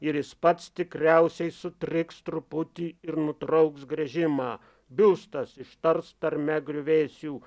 ir jis pats tikriausiai sutriks truputį ir nutrauks gręžimą biustas ištars per me griuvėsių